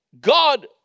God